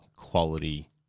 quality